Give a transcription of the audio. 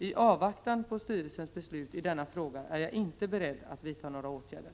I avvaktan på styrelsens beslut i denna fråga är jag inte beredd att vidta några åtgärder.